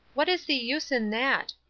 what is the use in that?